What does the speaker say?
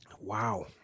Wow